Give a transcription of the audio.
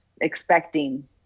expecting